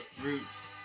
roots